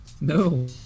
No